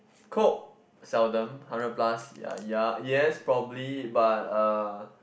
Coke seldom hundred plus ya ya yes probably but uh